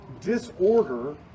disorder